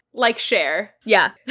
like cher. yeah,